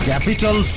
Capital